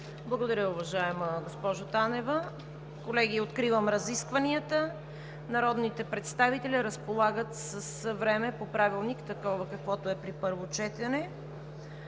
Благодаря, уважаема госпожо Танева. Колеги, откривам разискванията. Народните представители разполагат с време по Правилник, такова, каквото е при първо четене.